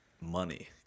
money